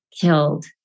killed